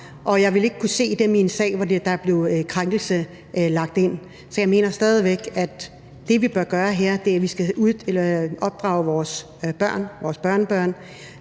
Jeg vil ikke kunne se dem i en sag, hvor der blev brugt krænkelser. Så jeg mener stadig væk, at det, vi bør gøre her, er at opdrage vores børn